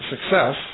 success